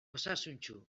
osasuntsu